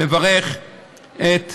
לברך את חברי,